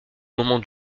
moment